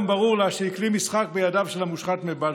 ברור לה שהיא כלי משחק בידיו של המושחת מבלפור.